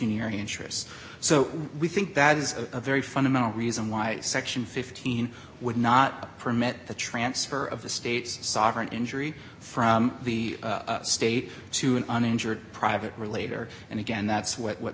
peculiarly interest so we think that is a very fundamental reason why section fifteen would not permit the transfer of the state's sovereign injury from the state to an uninsured private relator and again that's what